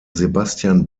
sebastian